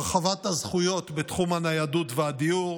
הרחבת הזכויות בתחום הניידות והדיור,